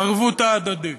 הערבות ההדדית,